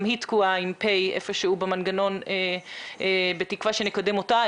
היא תקועה איפה שהוא במנגנון ואני מקווה שנקדם אותה.